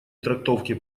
трактовке